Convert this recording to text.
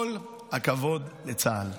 כל הכבוד לצה"ל.